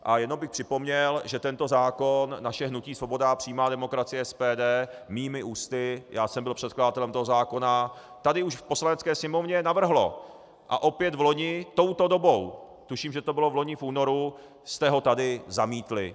A jenom bych připomněl, že tento zákon naše hnutí Svoboda a přímá demokracie, SPD, mými ústy, já jsem byl předkladatelem toho zákona, tady už v Poslanecké sněmovně navrhlo a opět vloni touto dobou, tuším, že to bylo loni v únoru, jste ho tady zamítli.